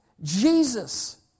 Jesus